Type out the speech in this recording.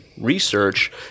research